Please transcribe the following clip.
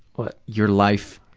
but your life